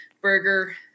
burger